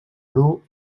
bru